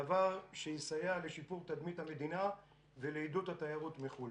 דבר שיסייע לשיפור תדמית המדינה ולעידוד התיירות מחו"ל.